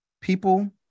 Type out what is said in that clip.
people